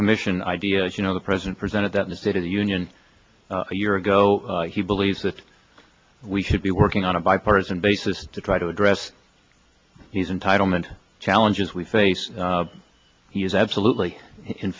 commission idea as you know the president presented that in a state of the union a year ago he believes that we should be working on a bipartisan basis to try to address these entitlement challenges we face he is absolutely in